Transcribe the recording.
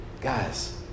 Guys